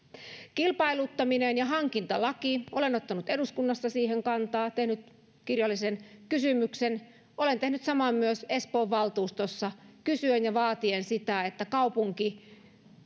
kilpailuttaminen ja hankintalaki olen ottanut eduskunnassa siihen kantaa tehnyt kirjallisen kysymyksen olen tehnyt saman myös espoon valtuustossa kysyen ja vaatien sitä että kaupunki